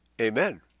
Amen